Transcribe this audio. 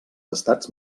estats